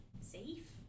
safe